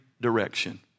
direction